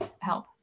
help